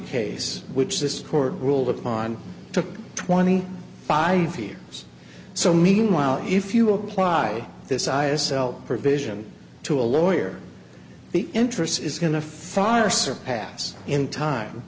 case which this court ruled upon took twenty five years so meanwhile if you apply this ira cell provision to a lawyer the interest is going to far surpass in time